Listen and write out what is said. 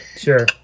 sure